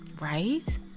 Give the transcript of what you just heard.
Right